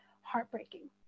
heartbreaking